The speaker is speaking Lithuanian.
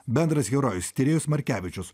bendras herojus tyrėjas markevičius